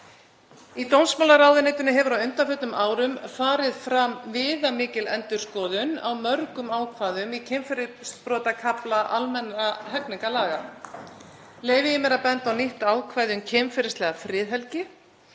Í dómsmálaráðuneytinu hefur á undanförnum árum farið fram viðamikil endurskoðun á mörgum ákvæðum í kynferðisbrotakafla almennra hegningarlaga. Leyfi ég mér að benda á nýtt ákvæði um kynferðislega friðhelgi